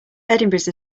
edinburgh